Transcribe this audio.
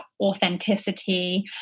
authenticity